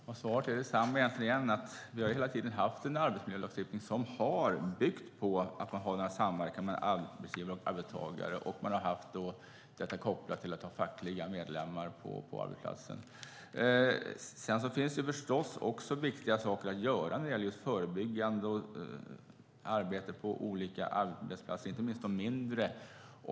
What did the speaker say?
Fru talman! Svaret är detsamma igen, att vi hela tiden har haft en arbetsmiljölagstiftning som har byggt på en samverkan mellan arbetsgivare och arbetstagare, detta kopplat till att man har fackliga medlemmar på arbetsplatsen. Det finns viktiga saker att göra när det gäller just det förebyggande arbetet på olika arbetsplatser, inte minst de mindre.